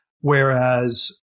Whereas